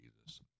Jesus